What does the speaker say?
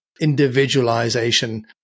individualization